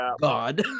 God